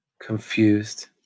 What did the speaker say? confused